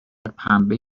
پنبه